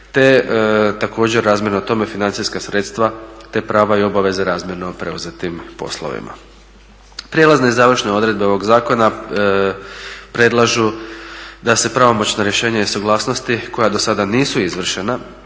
te također razmjerno tome financijska sredstva te prava i obveze razmjerno preuzetim poslovima. Prijelazne i završne odredbe ovoga Zakona predlažu da se pravomoćno rješenje i suglasnosti koja do sada nisu izvršena